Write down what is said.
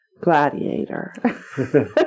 Gladiator